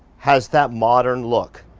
has that modern look.